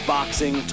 Boxing